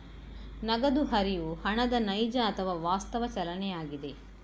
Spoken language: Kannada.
ನಗದು ಹರಿವು ಹಣದ ನೈಜ ಅಥವಾ ವಾಸ್ತವ ಚಲನೆಯಾಗಿದೆ